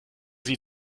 sie